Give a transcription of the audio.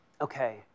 Okay